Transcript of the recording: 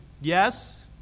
yes